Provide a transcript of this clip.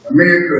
America